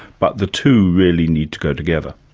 but the two really need to go together.